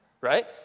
right